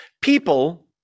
People